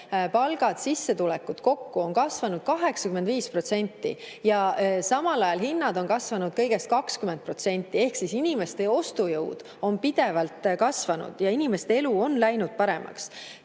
palgad, sissetulekud kokku on kasvanud 85% ja samal ajal hinnad on kasvanud kõigest 20%, ehk siis inimeste ostujõud on pidevalt kasvanud ja inimeste elu on läinud paremaks.